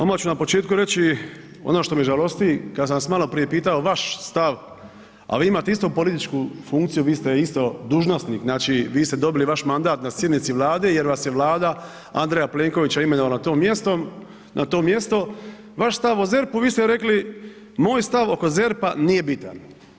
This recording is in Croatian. Odmah ću na početku reći ono što me žalosti kada sam vas maloprije pitao vaš stav, a vi imate isto političku funkciju, vi ste isto dužnosnik znači vi ste dobili vaš mandat na sjednici Vlade jer vas je Vlada Andreja Plenkovića imenovala na to mjesto, vaš stav o ZERP-u, vi ste rekli moj stav oko ZERP-a nije bitan.